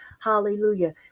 Hallelujah